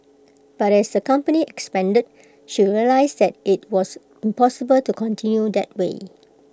but as the company expanded she realised that IT was impossible to continue that way